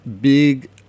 big